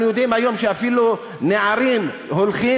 אנחנו יודעים שהיום אפילו נערים הולכים